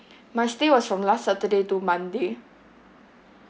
my stay was from last saturday to monday